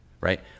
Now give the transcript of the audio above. Right